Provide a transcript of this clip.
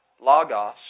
logos